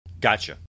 Gotcha